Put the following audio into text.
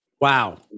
Wow